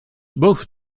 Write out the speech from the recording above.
both